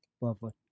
lovely